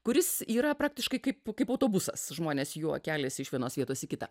kuris yra praktiškai kaip kaip autobusas žmonės juo keliasi iš vienos vietos į kitą